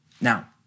Now